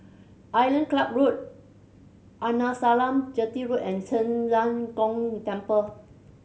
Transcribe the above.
Island Club Road Arnasalam Chetty Road and Zhen Ren Gong Temple